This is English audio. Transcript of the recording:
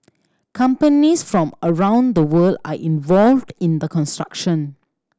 companies from around the world are involved in the construction